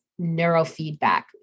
neurofeedback